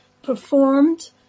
performed